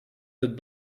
that